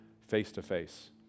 face-to-face